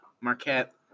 Marquette